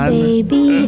baby